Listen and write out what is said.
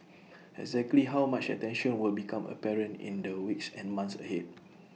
exactly how much attention will become apparent in the weeks and months ahead